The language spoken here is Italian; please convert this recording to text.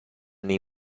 nei